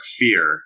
fear